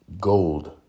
Gold